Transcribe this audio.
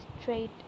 straight